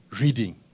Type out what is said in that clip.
reading